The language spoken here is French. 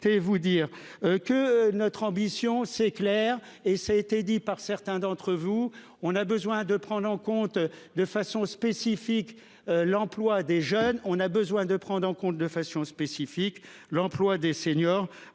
vous dire. Que notre ambition, c'est clair et ça a été dit par certains d'entre vous. On a besoin de prendre en compte de façon spécifique. L'emploi des jeunes, on a besoin de prendre en compte de façon spécifique. L'emploi des seniors.